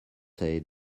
say